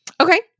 Okay